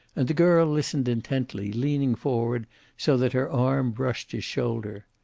and the girl listened intently, leaning forward so that her arm brushed his shoulder.